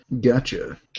Gotcha